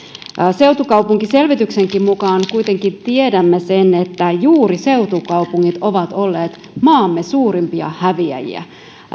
seutukaupunkiselvityksenkin mukaan kuitenkin tiedämme sen että juuri seutukaupungit ovat olleet maamme suurimpia häviäjiä